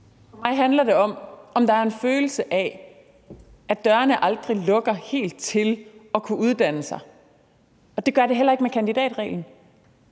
For mig handler det om, om der er en følelse af, at dørene aldrig lukker helt i for at kunne uddanne sig, og det gør de heller ikke med kandidatreglen.